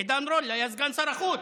עידן רול היה סגן שר החוץ,